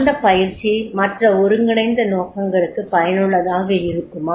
அந்த பயிற்சி மற்ற ஒருங்கிணைந்த நோக்கங்களுக்கு பயனுள்ளதாக இருக்குமா